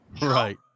Right